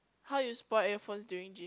how you spoil earphones during gym